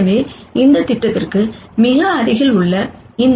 எனவே அந்த திட்டத்திற்கு மிக அருகில் உள்ளது